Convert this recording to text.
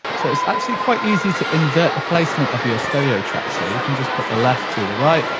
so, it's actually quite easy to invert the placement of your stereo tracks here. you can just put the left to the right,